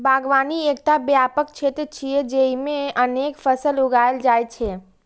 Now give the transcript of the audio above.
बागवानी एकटा व्यापक क्षेत्र छियै, जेइमे अनेक फसल उगायल जाइ छै